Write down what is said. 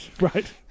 right